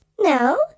No